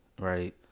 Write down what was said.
right